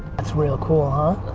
that's real cool, ah